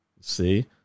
see